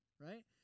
right